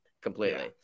completely